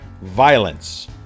violence